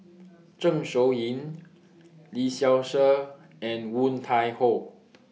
Zeng Shouyin Lee Seow Ser and Woon Tai Ho